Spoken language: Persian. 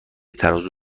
ترازو